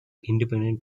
independent